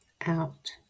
out